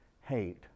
hate